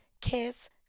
kiss